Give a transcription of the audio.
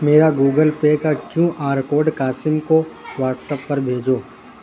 میرا Google Pay کا Q R code Qasim کو واٹس ایپ پر بھیجو